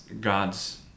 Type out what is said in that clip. God's